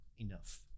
enough